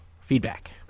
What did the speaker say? feedback